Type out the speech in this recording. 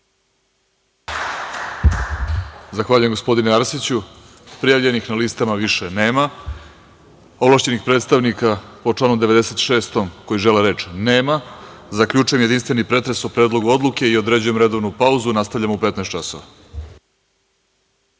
Zahvaljujem. Prijavljenih na listama više nema. Ovlašćenih predstavnika po članu 96. koji žele reč nema. Zaključujem jedinstveni pretres o Predlogu odluke. Određujem redovnu pauzu. Nastavljamo u 15.00